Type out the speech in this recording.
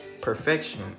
perfection